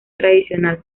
tradicional